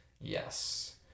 Yes